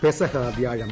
പെസഹ വ്യാഴം